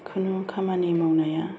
खुनु खामानि मावनाया